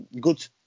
good